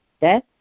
death